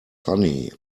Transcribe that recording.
sunny